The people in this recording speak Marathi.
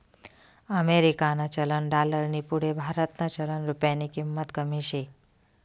अमेरिकानं चलन डालरनी पुढे भारतनं चलन रुप्यानी किंमत कमी शे